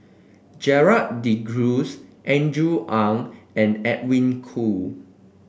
Gerald De Cruz Andrew Ang and Edwin Koo